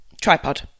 tripod